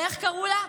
ואיך קראו לה?